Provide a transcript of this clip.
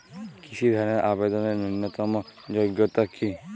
কৃষি ধনের আবেদনের ন্যূনতম যোগ্যতা কী?